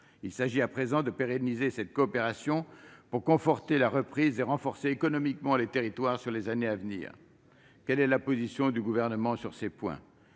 Il s'agit à présent de pérenniser cette coopération pour conforter la reprise et renforcer économiquement les territoires dans les années à venir. Quelle est la position du Gouvernement sur ces points ?